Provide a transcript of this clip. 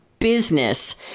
business